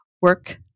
work